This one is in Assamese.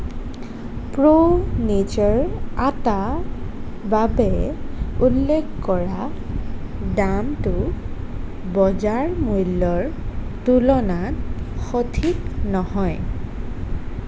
প্ৰো নেচাৰ আটাৰ বাবে উল্লেখ কৰা দামটো বজাৰ মূল্যৰ তুলনাত সঠিক নহয়